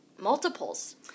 multiples